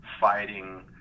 fighting